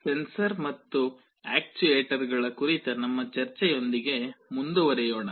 sensor ಮತ್ತು ಆಕ್ಟುಏಟರ್ಗಳ ಕುರಿತ ನಮ್ಮ ಚರ್ಚೆಯೊಂದಿಗೆ ಮುಂದುವರಿಯೋಣ